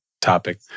topic